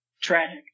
Tragic